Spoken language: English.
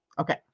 Okay